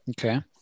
Okay